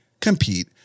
compete